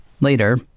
Later